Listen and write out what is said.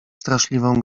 straszliwą